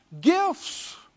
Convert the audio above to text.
Gifts